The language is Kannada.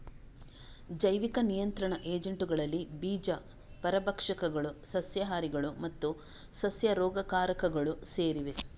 ಜೈವಿಕ ನಿಯಂತ್ರಣ ಏಜೆಂಟುಗಳಲ್ಲಿ ಬೀಜ ಪರಭಕ್ಷಕಗಳು, ಸಸ್ಯಹಾರಿಗಳು ಮತ್ತು ಸಸ್ಯ ರೋಗಕಾರಕಗಳು ಸೇರಿವೆ